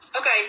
Okay